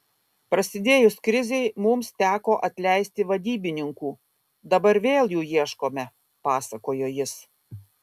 prasidėjus krizei mums teko atleisti vadybininkų dabar vėl jų ieškome pasakojo jis